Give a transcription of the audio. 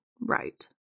Right